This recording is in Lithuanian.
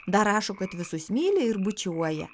dar rašo kad visus myli ir bučiuoja